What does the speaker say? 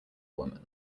woman